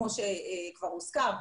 כמו שכבר הוזכר,